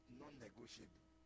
non-negotiable